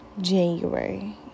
January